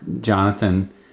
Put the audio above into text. Jonathan